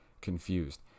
confused